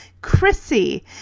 Chrissy